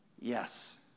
Yes